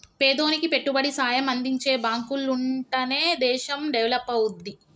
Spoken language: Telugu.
పేదోనికి పెట్టుబడి సాయం అందించే బాంకులుంటనే దేశం డెవలపవుద్ది